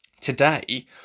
today